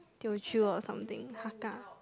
Teochew or something Hakka